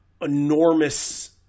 enormous –